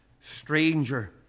stranger